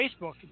Facebook